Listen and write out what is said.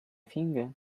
finger